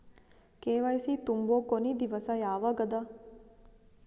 KYC ತುಂಬೊ ಕೊನಿ ದಿವಸ ಯಾವಗದ?